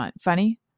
funny